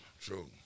True